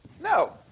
No